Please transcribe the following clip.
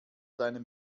deinem